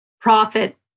profit